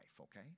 okay